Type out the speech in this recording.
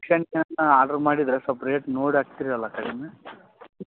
order ಮಾಡಿದರೆ ಸ್ವಲ್ಪ rate ನೋಡಿ ಹಾಕ್ತಿರಲ್ಲ ಕಡಿಮೆ